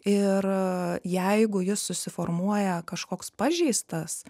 ir jeigu jis susiformuoja kažkoks pažeistas